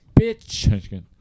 bitch